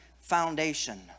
foundation